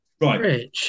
Right